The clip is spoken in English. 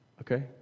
okay